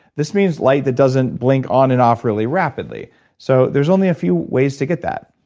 this means light that doesn't blink on and off really rapidly so there's only a few ways to get that.